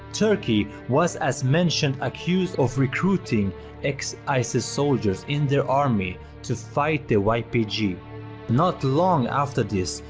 turkey was as mentioned accused of recruiting ex isis soldiers in their army to fight the ypg not long after this,